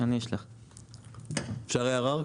אפשר הערה?